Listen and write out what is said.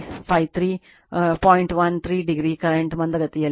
13 o current ಮಂದಗತಿಯಲ್ಲಿದೆ